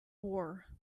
war